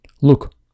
Look